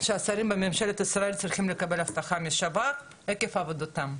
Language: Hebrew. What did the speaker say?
שהשרים בממשלת ישראל צריכים לקבל אבטחה משב"כ עקב עבודתם.